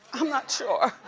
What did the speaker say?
i'm not sure.